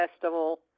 festival